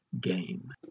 game